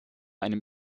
einem